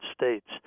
States